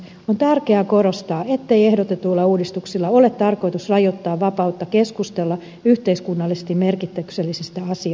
on tärkeää korostaa ettei ehdotetuilla uudistuksilla ole tarkoitus rajoittaa vapautta keskustella yhteiskunnallisesti merkityksellisistä asioista